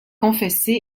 confesser